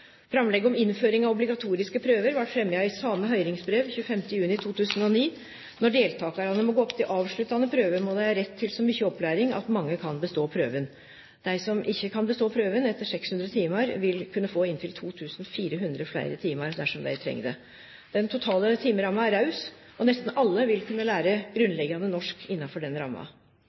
om innføring av obligatoriske prøvar vart fremja i same høyringsbrev 25. juni 2009. Når deltakarane må gå opp til avsluttande prøve, må dei ha rett til så mykje opplæring at mange kan bestå prøven. Dei som ikkje kan bestå prøven etter 600 timar, vil kunne få inntil 2 400 fleire timar dersom dei treng det. Den totale timeramma er raus, og nesten alle vil kunne lære grunnleggjande norsk innanfor den ramma.